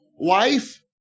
Wife